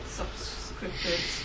subscripted